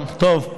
טוב.